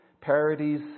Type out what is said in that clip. parodies